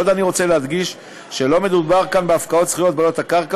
עוד אני רוצה להדגיש שלא מדובר כאן בהפקעת זכויות בעלות בקרקע